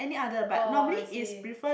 oh I see